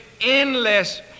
endless